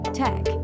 tech